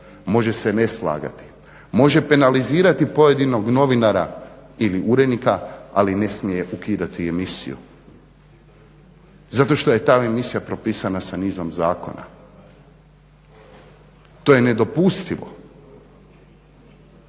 može se ne slagati, može penalizirati pojedinog novinara ili urednika ali ne smije ukidati emisiju, zato što je ta emisija propisana sa nizom zakona. To je nedopustivo.